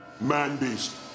man-beast